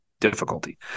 difficulty